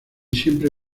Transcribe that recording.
siempre